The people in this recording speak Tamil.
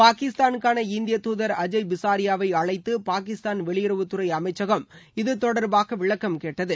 பாகிஸ்தானுக்கான இந்தியத் தூதர் அஜய் பிசாரியாவை அழைத்து பாகிஸ்தான் வெளியுறவுத்துறை அமைச்சகம் இது தொடர்பாக விளக்கம் கேட்டது